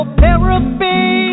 therapy